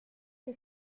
que